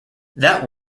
that